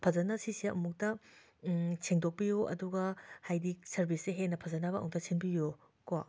ꯐꯖꯅ ꯁꯤꯁꯦ ꯑꯃꯨꯛꯇ ꯁꯦꯡꯗꯣꯛꯄꯤꯌꯨ ꯑꯗꯨꯒ ꯍꯥꯏꯗꯤ ꯁꯥꯔꯕꯤꯁꯁꯦ ꯍꯦꯟꯅ ꯐꯖꯅꯕ ꯑꯃꯨꯛꯇ ꯁꯦꯝꯕꯤꯌꯣ ꯀꯣ